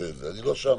אני לא שם.